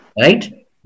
right